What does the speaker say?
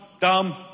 Dumb